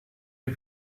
les